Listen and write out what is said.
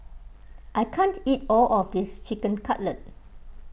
I can't eat all of this Chicken Cutlet